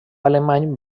alemany